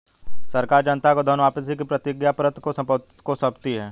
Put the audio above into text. सरकार जनता को धन वापसी के प्रतिज्ञापत्र को सौंपती है